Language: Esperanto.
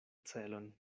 celon